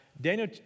Daniel